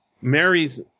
Mary's